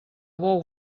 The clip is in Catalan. bou